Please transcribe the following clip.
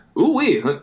Ooh-wee